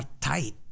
tight